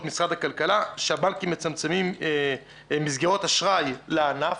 משרד הכלכלה שהבנקים מצמצמים מסגרות אשראי לענף.